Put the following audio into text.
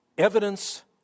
Evidence